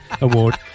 Award